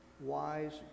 Wise